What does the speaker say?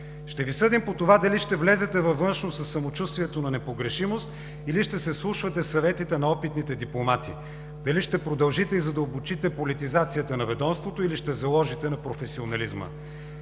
Ще Ви съдим по това дали ще влезете в Министерството на външните работи със самочувствието на непогрешимост, или ще се вслушвате в съветите на опитните дипломати. Дали ще продължите и задълбочите политизацията на ведомството, или ще заложите на професионализма?!